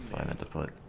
fine! and put